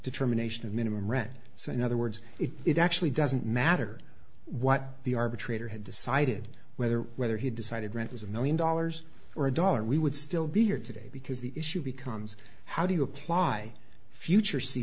determination of minimum red so in other words it actually doesn't matter what the arbitrator had decided whether whether he decided right was a million dollars or a dollar we would still be here today because the issue becomes how do you apply future